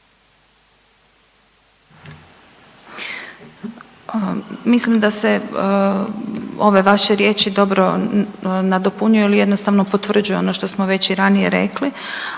Mislim da se ove vaše riječi dobro nadopunjuju ili jednostavno potvrđuju ono što smo već i ranije rekli,